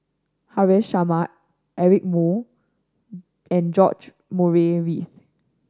Haresh Sharma Eric Moo and George Murray Reith